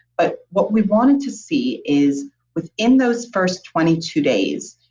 but what we wanted to see is within those first twenty two days,